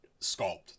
sculpt